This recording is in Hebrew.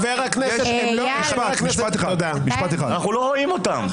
אנחנו לא רואים אותם.